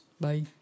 Bye